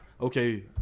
okay